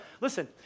listen